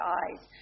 eyes